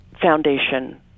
Foundation